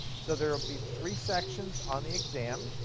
so there will be three sections on the exam.